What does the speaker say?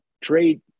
trade